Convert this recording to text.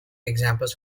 examples